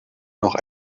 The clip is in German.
noch